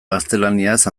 gaztelaniaz